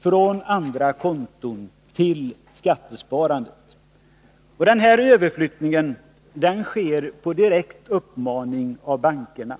från andra konton till skattesparandet. Denna överflyttning sker på direkt uppmaning av bankerna.